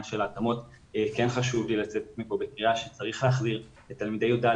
ההתאמות כן חשוב לי לצאת מפה בקריאה שצריך להחזיר את תלמידי י"א,